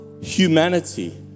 humanity